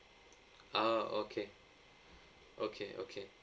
oh okay okay okay